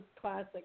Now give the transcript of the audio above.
classic